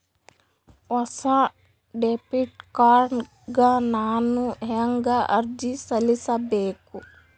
ಹೊಸ debit card ಗ ನಾನು ಹೆಂಗ ಅರ್ಜಿ ಸಲ್ಲಿಸಬೇಕು?